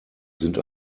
sind